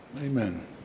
Amen